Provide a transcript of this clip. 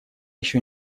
еще